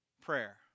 Prayer